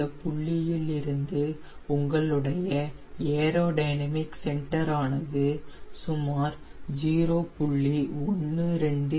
இந்த புள்ளியில் இருந்து உங்களுடைய ஏரோடினமிக் சென்டர் ஆனது சுமார் 0